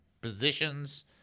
positions